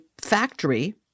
factory